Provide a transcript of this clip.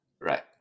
right